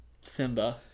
Simba